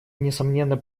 несомненно